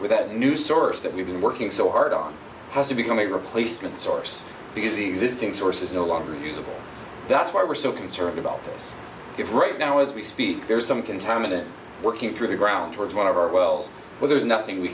that new source that we've been working so hard on has to become a replacement source because the existing source is no longer usable that's why we're so concerned about this give right now as we speak there's some contaminant working through the ground towards one of our wells but there's nothing we